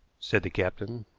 said the captain.